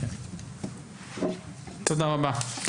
תודה רבה.